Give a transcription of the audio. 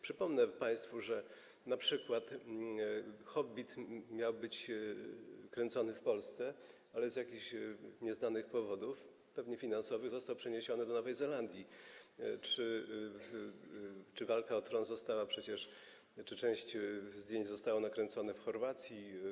Przypomnę państwu, że np. „Hobbit” miał być kręcony w Polsce, ale z jakichś nieznanych powodów, pewnie finansowych, został przeniesiony do Nowej Zelandii czy też „Walka o tron” została przecież... czy część zdjęć zostało nakręconych w Chorwacji.